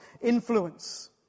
influence